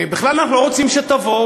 בכלל אנחנו לא רוצים שתבואו,